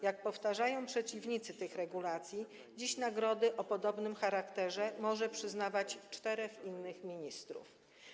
Jak powtarzają przeciwnicy tych regulacji, dziś nagrody o podobnym charakterze może przyznawać czterech innych ministrów.